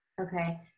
Okay